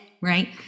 right